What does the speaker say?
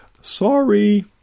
Sorry